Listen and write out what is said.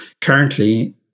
currently